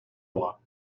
bras